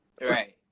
Right